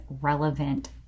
relevant